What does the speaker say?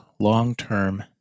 long-term